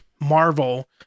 marvel